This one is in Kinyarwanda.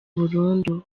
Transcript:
burundu